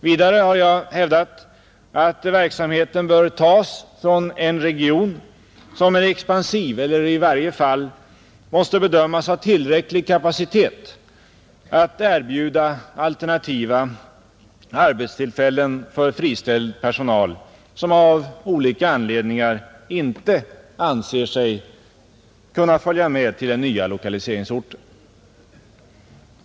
Vidare har jag hävdat att verksamheten bör tas från en region som är expansiv eller i varje fall måste bedömas ha tillräcklig kapacitet att erbjuda alternativa arbetstillfällen för friställd personal, som av olika anledningar inte anser sig kunna följa med till den nya lokaliseringsorten.